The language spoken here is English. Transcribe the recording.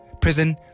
prison